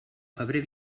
febrer